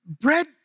bread